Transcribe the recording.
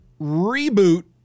reboot